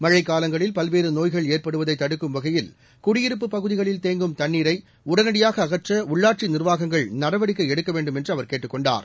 மழைக்காலங்களில் பல்வேறு நோய்கள் ஏற்படுவதை தடுக்கும் வகையில் குடியிருப்பு பகுதிகளில் தேங்கும் தண்ணீரை உடனடியாக அகற்ற உள்ளாட்சி நிர்வாகங்கள் நடவடிக்கை எடுக்க வேண்டும் என்று அவர் கேட்டுக்கொண்டார்